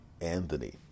Anthony